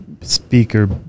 Speaker